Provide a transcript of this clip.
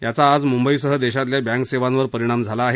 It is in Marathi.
याचा आज मुंबईसह देशातल्या बँक सेवांवर परिणाम झाला आहे